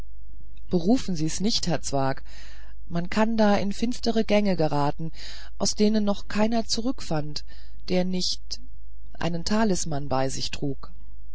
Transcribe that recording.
berufen sie's nicht herr zwakh man kann da in finstere gänge geraten aus denen noch keiner zurückfand der nicht einen talisman bei sich trug